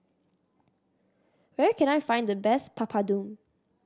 where can I find the best Papadum